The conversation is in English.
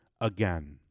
again